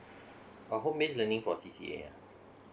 uh home base learning for C_C_A ah